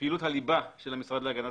פעילות הליבה של המשרד להגנת